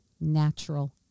natural